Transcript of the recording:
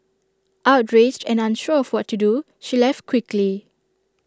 outraged and unsure of what to do she left quickly